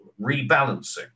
rebalancing